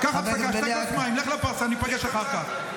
קח הפסקה, שתה כוס מים, לך לפרסה וניפגש אחר כך.